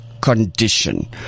condition